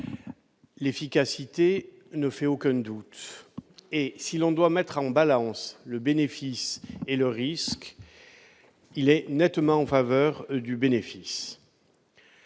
efficacité ne fait aucun doute, et si l'on doit mettre en balance le bénéfice et le risque, le plateau penche nettement en faveur du bénéfice.